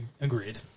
agreed